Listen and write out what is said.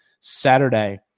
Saturday